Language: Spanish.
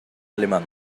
alemán